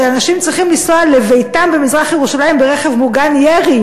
שאנשים צריכים לנסוע לביתם במזרח-ירושלים ברכב מוגן ירי,